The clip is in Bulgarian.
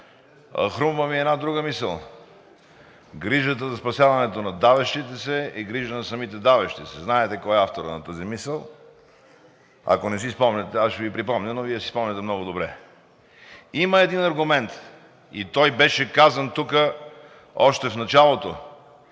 Хрумва ми една друга мисъл: „Грижата за спасяването на давещите се е грижа на самите давещи се.“ Знаете кой е авторът на тази мисъл. Ако не си спомняте, аз ще Ви припомня, но Вие си спомняте много добре. Има един аргумент и той беше казан тук още в началото